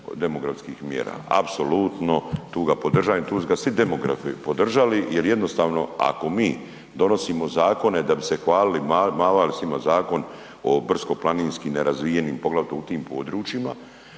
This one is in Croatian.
demografskih mjera. Apsolutno tu ga podržajem i tu su ga svi demografi podržali jer jednostavno ako mi donosimo zakone da bi se hvalili mavali svima zakon o brdsko-planinskim nerazvijenim poglavito u tim područjima,